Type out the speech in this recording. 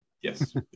Yes